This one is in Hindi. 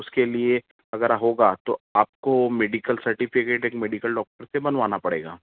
उसके लिए अगर होगा तो आपको मेडिकल सर्टिफिकेट एक मेडिकल डॉक्टर से बनवाना पड़ेगा